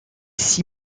six